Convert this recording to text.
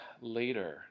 later